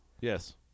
yes